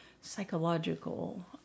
psychological